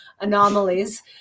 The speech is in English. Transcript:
anomalies